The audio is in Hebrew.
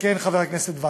מתקן חבר הכנסת וקנין.